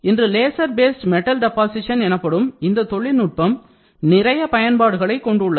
இன்று laser paste metal deposition எனப்படும் இந்த தொழில்நுட்பம் நிறைய பயன்பாடுகளை கொண்டு உள்ளது